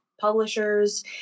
publishers